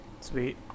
sweet